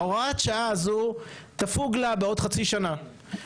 הוראת השעה הזו תפוג לה בעוד חצי שנה.